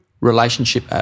relationship